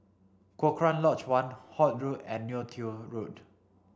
Cochrane Lodge One Holt Road and Neo Tiew Road